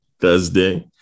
Thursday